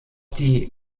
die